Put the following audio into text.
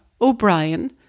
O'Brien